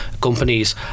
companies